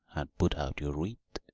and put out your wit.